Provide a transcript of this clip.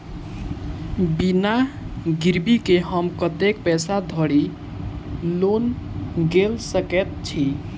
बिना गिरबी केँ हम कतेक पैसा धरि लोन गेल सकैत छी?